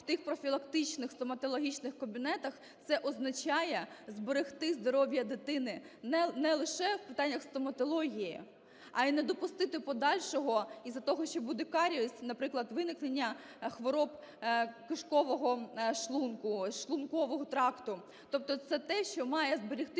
в тих профілактичних стоматологічних кабінетах - це означає зберегти здоров'я дитини не лише в питаннях стоматології, а й не допустити подальшого із-за того, що буде карієс, наприклад, виникнення хвороб кишкового шлунку і шлункового тракту. Тобто це те, що має зберегти,